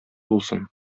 булсын